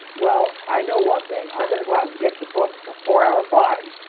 well, i know one thing i'm going to go out and get the book, the four-hour body.